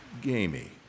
Gamey